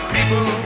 People